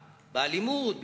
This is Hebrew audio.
באלימות,